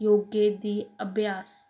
ਯੋਗੇ ਦੀ ਅਭਿਆਸ